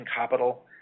capital